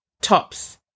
tops